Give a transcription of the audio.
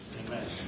Amen